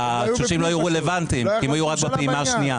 התשושים לא היו רלוונטיים כי הם היו רק בפעימה השנייה.